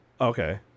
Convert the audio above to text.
Okay